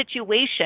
situation